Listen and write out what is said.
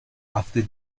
after